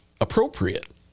appropriate